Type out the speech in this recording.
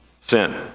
sin